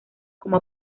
como